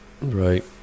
Right